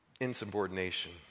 insubordination